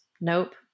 nope